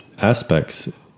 aspects